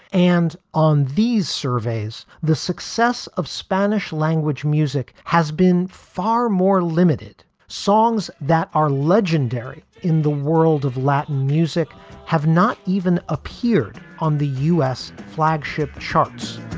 and on these surveys, the success of spanish language music has been far more limited. songs that are legendary in the world of latin music have not even appeared on the u s. flagship charts